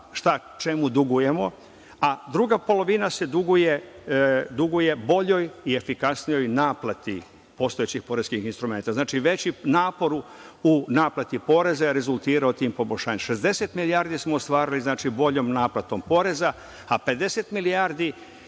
šta čemu dugujemo, a druga polovina se duguje boljoj i efikasnijoj naplati postojećih poreskih instrumenata. Znači, veći napor u naplati poreza je rezultirao tim poboljšanjem. Znači, 60 milijardi smo ostvarili boljom naplatom poreza, a 50 milijardi